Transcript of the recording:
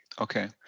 Okay